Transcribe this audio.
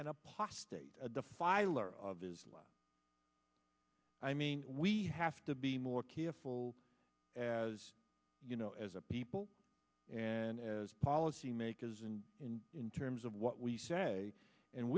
defiler of islam i mean we have to be more careful as you know as a people and as policymakers and in in terms of what we say and